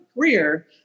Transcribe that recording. career